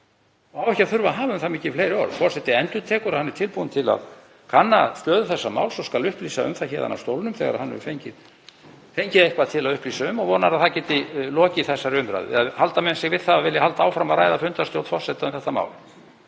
og á ekki að þurfa að hafa um það mikið fleiri orð. En forseti endurtekur að hann er tilbúinn til að kanna stöðu þessa máls og skal upplýsa um það héðan úr stólnum þegar hann hefur fengið eitthvað til að upplýsa um og vonar að það geti orðið til þess að ljúka þessari umræðu. Halda menn sig við það að vilja halda áfram að ræða fundarstjórn forseta um þetta mál?